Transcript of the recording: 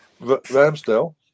Ramsdale